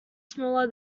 smaller